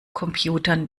computern